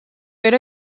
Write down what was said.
era